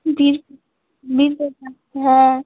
বীর বীরপ্রতাপ হ্যাঁ